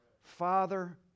Father